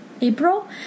april